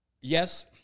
Yes